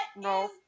no